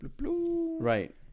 Right